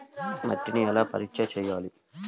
మట్టిని ఎలా పరీక్ష చేయాలి?